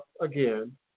again